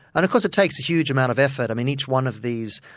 and of course it takes a huge amount of effort. um and each one of these,